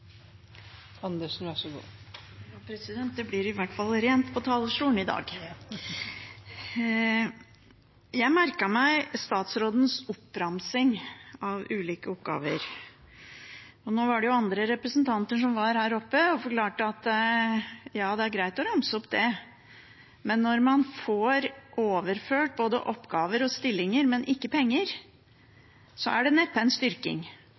Jeg merket meg statsrådens oppramsing av ulike oppgaver. Andre representanter var her oppe og forklarte at ja, det er greit å ramse det opp. Men når man får overført både oppgaver og stillinger, men ikke penger, er det neppe en styrking.